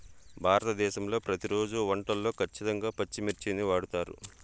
భారతదేశంలో ప్రతిరోజు వంటల్లో ఖచ్చితంగా పచ్చిమిర్చిని వాడుతారు